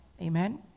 Amen